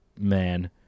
man